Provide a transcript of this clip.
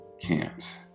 camps